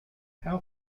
how